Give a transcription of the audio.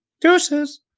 Deuces